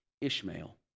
Ishmael